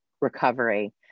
recovery